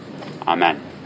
Amen